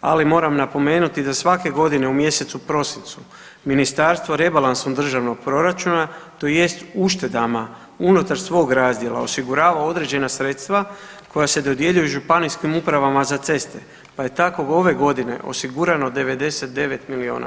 ali moram napomenuti da svake godine u mjesecu prosincu ministarstvo rebalansom državnog proračuna tj. uštedama unutar svog razdjela osigurava određena sredstva koja se dodjeljuju županijskim upravama za ceste pa je tako ove godine osigurano 99 milijuna kuna.